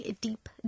Deep